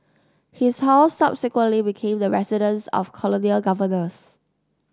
his house subsequently became the residence of colonial governors